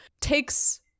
takes